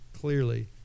clearly